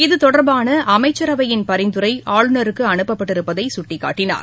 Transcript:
இதுதொடர்பான அமைச்சரவையின் பரிந்துரை ஆளுநருக்கு அனுப்பப் பட்டிருப்பதை சுட்டிக்காட்டினார்